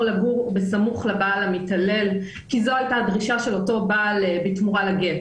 לגור בסמוך לבעל המתעלל כי זו הייתה הדרישה של אותו בעל בתמורה לגט.